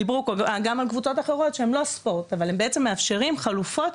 דיברו על קבוצות אחרות שהן לא ספורט אבל בעצם מאפשרות חלופות